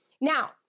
Now